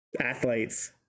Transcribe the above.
athletes